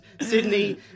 Sydney